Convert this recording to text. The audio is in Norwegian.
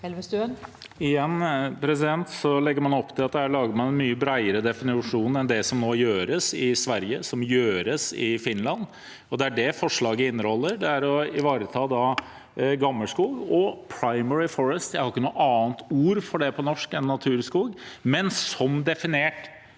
Igjen legger man opp til at man her lager en mye bredere definisjon enn det som nå gjøres i Sverige og i Finland, som er det forslaget inneholder: å ivareta gammelskog og «primary forests». Jeg har ikke noe annet ord for det på norsk enn naturskog, men det er definert